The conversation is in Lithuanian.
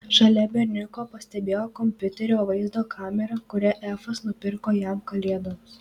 šalia berniuko pastebėjo kompiuterio vaizdo kamerą kurią efas nupirko jam kalėdoms